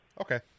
Okay